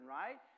right